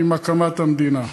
עם הקמת המדינה.